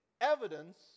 evidence